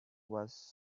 was